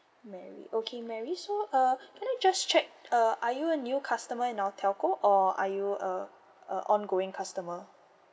mary okay mary so uh can I just check uh are you a new customer in our telco or are you a a ongoing customer